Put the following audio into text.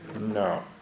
No